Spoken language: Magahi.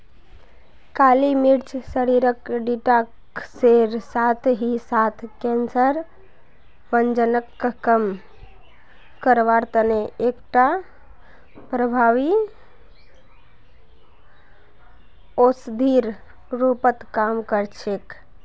काली मिर्च शरीरक डिटॉक्सेर साथ ही साथ कैंसर, वजनक कम करवार तने एकटा प्रभावी औषधिर रूपत काम कर छेक